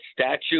statute